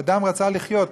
אדם רצה לחיות.